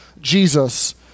Jesus